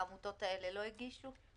העמותות האלה לא הגישו?